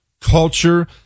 culture